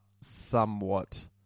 somewhat